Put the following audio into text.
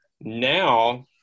now